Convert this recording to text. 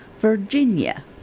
Virginia